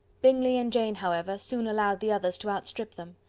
bingley and jane, however, soon allowed the others to outstrip them.